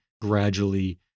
gradually